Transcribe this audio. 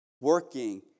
working